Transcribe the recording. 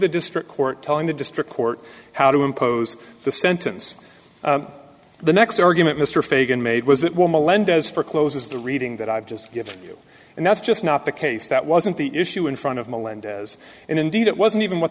the district court telling the district court how to impose the sentence the next argument mr fagan made was that woman lend as for closes the reading that i've just given you and that's just not the case that wasn't the issue in front of melendez and indeed it wasn't even what